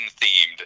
themed